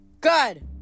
Good